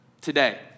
today